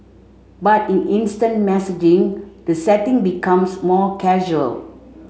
but in instant messaging the setting becomes more casual